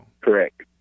correct